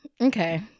okay